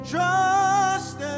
Trust